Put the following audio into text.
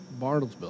Bartlesville